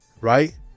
Right